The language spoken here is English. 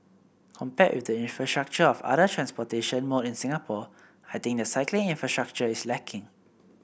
compared with the infrastructure of other transportation mode in Singapore I think the cycling infrastructure is lacking